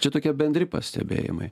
čia tokie bendri pastebėjimai